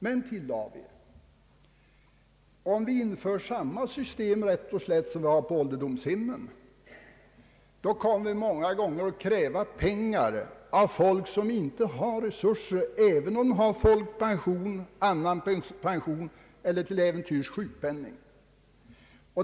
Men, tillade vi, om vi rätt och slätt inför samma system som på ålderdomshemmen, så kommer vi många gånger att kräva pengar av människor som inte har resurser, även om de har folkpension, annan pension eller till äventyrs sjukpenning.